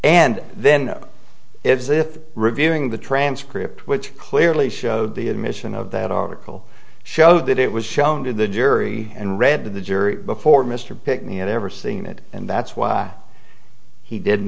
and then if they if reviewing the transcript which clearly showed the admission of that article show that it was shown to the jury and read to the jury before mr pinckney had ever seen it and that's why he didn't